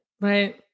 right